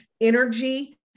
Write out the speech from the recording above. energy